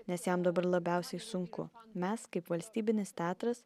nes jam dabar labiausiai sunku mes kaip valstybinis teatras